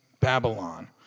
Babylon